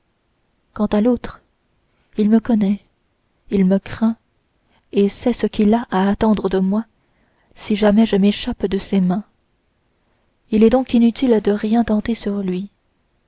quant à l'autre il me connaît il me craint et sait ce qu'il a à attendre de moi si jamais je m'échappe de ses mains il est donc inutile de rien tenter sur lui